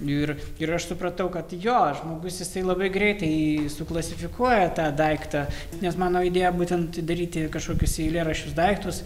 ir ir aš supratau kad jo žmogus jisai labai greitai suklasifikuoja tą daiktą nes mano idėja būtent daryti kažkokius eilėraščius daiktus